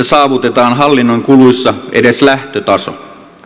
saavutetaan hallinnon kuluissa edes lähtötaso